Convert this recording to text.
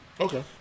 Okay